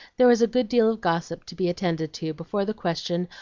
there was a good deal of gossip to be attended to before the question,